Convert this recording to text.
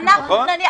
הם לא מונעים,